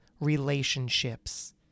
relationships